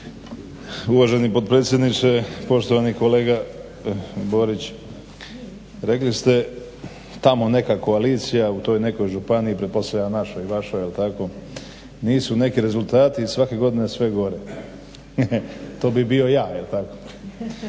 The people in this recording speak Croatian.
Uvaženi potpredsjedniče, poštovani kolega Borić. Rekli ste tamo neka koalicija u toj nekoj županiji, pretpostavljam našoj i vašoj jel tako, nisu neki rezultati i svake godine sve gore. To bi bio ja jel tako?